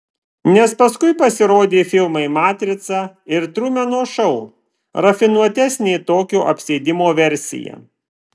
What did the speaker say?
nes paskui pasirodė filmai matrica ir trumeno šou rafinuotesnė tokio apsėdimo versija